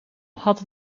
had